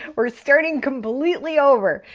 we're starting completely over.